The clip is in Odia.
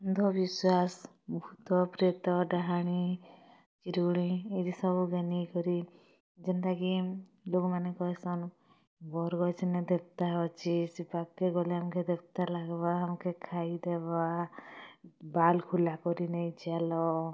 ଅନ୍ଧବିଶ୍ୱାସ ଭୁତ ପ୍ରେତ ଡାହାଣୀ ଚିରୁଗୁଣି ଏଥିସବୁ ଘିନିକରି ଯେନ୍ତାକି ଲୋକମାନେ କହିସନ୍ ବରଗଛେନ୍ ଦେବ୍ତା ଅଛି ସେ ପାଖ୍କେ ଗଲେ ଆଙ୍କେ ଦେବତା ଲାଗ୍ବା ଆଙ୍କେ ଖାଇଦେବା ବାଲ୍ ଖୋଲା କରିନେଇ ଚାଲ